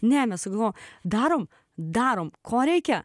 nemezgu darome darome ko reikia